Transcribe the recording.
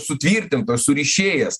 sutvirtinto surišėjas